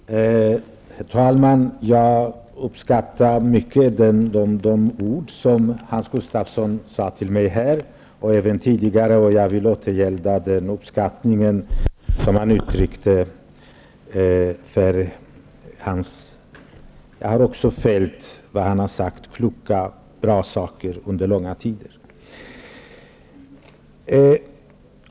Herr talman! Jag uppskattar mycket de ord som Hans Gustafsson har riktat till mig här i dag och även tidigare, och jag vill återgälda den uppskattning som han uttryckte; jag har under långa tider följt vad han har sagt också, och det har varit kloka och bra saker.